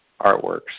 artworks